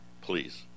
Please